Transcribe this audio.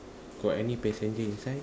got any passenger inside